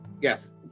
yes